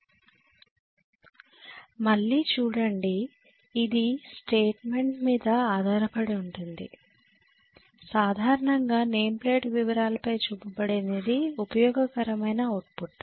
professor మళ్ళీ చూడండి ఇది స్టేట్మెంట్ మీద ఆధారపడి ఉంటుంది సాధారణంగా నేమ్ ప్లేట్ వివరాలపై చూపబడినది ఉపయోగకరమైన అవుట్పుట్